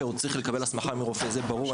הוא צריך לקבל הסמכה מרופא זה ברור,